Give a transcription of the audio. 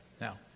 Now